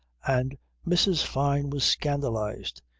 and mrs. fyne was scandalized.